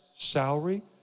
Salary